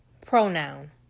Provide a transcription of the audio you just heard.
pronoun